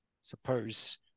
suppose